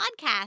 podcast